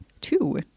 two